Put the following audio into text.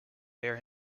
bear